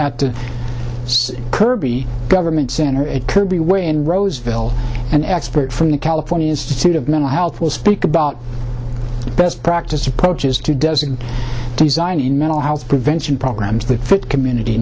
at the kirby government it could be way in roseville an expert from the california institute of mental health will speak about best practice approaches to doesn't design in mental health prevention programs the community